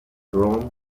rome